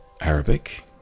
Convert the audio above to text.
arabic